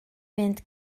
fynd